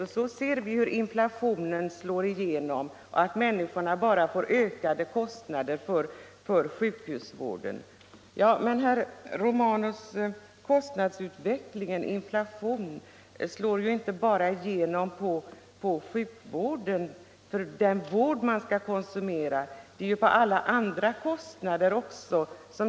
Men här ser vi hur inflationen slår igenom och att människorna bara får ökade kostnader för sjukhusvården, menade herr Hagberg. Ja, herr Hagberg, kostnadsutvecklingen slår inte bara igenom på den vård som konsumeras utan också på alla andra kostnader.